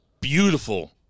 beautiful